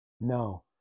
No